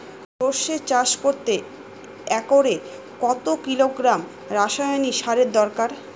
সরষে চাষ করতে একরে কত কিলোগ্রাম রাসায়নি সারের দরকার?